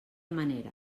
manera